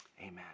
amen